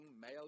male